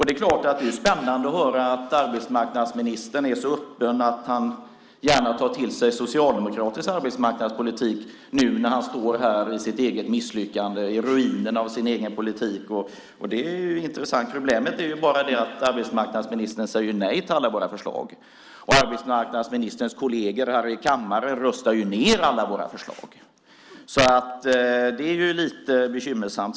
Det är klart att det är spännande att höra att arbetsmarknadsministern är så öppen att han gärna tar till sig socialdemokratisk arbetsmarknadspolitik nu när han står här med sitt eget misslyckande, i ruinerna av sin egen politik. Problemet är bara att arbetsmarknadsministern säger nej till alla våra förslag och att arbetsmarknadsministerns kolleger här i kammaren röstar ned alla våra förslag. Det är ju lite bekymmersamt.